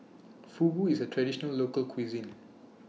Fugu IS A Traditional Local Cuisine